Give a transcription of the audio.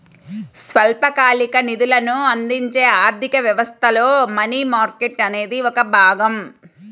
స్వల్పకాలిక నిధులను అందించే ఆర్థిక వ్యవస్థలో మనీ మార్కెట్ అనేది ఒక భాగం